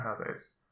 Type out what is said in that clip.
others